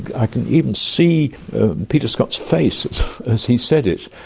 i can even see peter scott's face as he said it.